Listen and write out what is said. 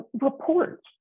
reports